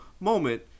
moment